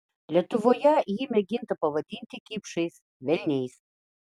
lietuvoje jį mėginta pavadinti kipšais velniais